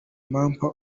mampa